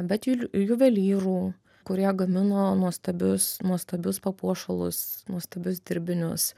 bet jų juvelyrų kurie gamino nuostabius nuostabius papuošalus nuostabius dirbinius